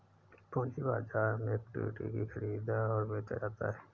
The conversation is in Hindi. पूंजी बाजार में इक्विटी को ख़रीदा और बेचा जाता है